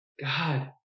God